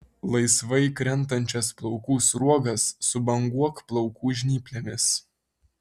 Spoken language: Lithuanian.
laisvai krentančias plaukų sruogas subanguok plaukų žnyplėmis